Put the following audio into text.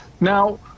now